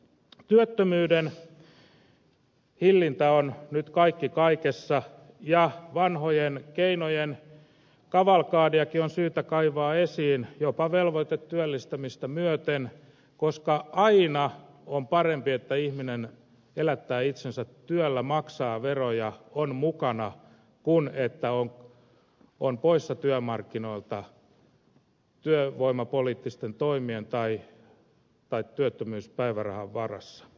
työttömyyden hillintä on nyt kaikki kaikessa ja vanhojen keinojen kavalkadiakin on syytä kaivaa esiin jopa velvoitetyöllistämistä myöten koska aina on parempi että ihminen elättää itsensä työllä maksaa veroja on mukana kuin että on poissa työmarkkinoilta työvoimapoliittisten toimien ja työttömyyspäivärahan varassa